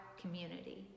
community